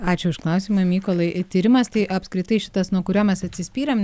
ačiū už klausimą mykolai tyrimas tai apskritai šitas nuo kurio mes atsispyrėm